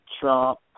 Trump